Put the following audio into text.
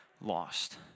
Lost